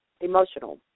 emotional